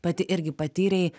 pati irgi patyrei